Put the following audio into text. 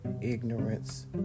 ignorance